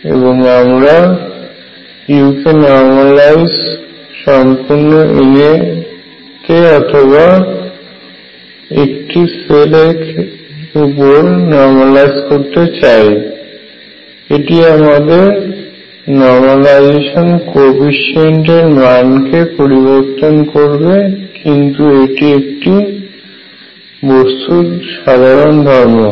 এবং আমরা u কে নর্মালাইজ সম্পূর্ণ Na তে অথবা 1টি সেল এর উপর নর্মালাইজ করতে চাই এবং এটি আমাদের নরমালাইজেশন কোয়েফিসিয়েন্ট এর মান কে পরিবর্তন করবে কিন্তু এটি একটি বস্তুর সাধারণ ধর্ম হয়